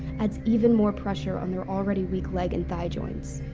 adds even more pressure on their already weak leg and thigh joints.